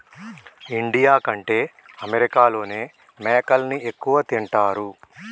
India కంటే అమెరికాలోనే మేకలని ఎక్కువ తింటారు